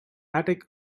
attic